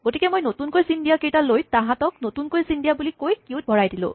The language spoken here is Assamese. গতিকে মই নতুনকৈ চিন দিয়া কেইটা লৈ তাহাঁতক নতুনকৈ চিন দিয়া বুলি কৈ কিউত ভৰাই দিলো